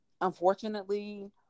unfortunately